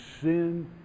sin